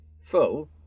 full